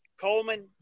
Coleman